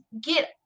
get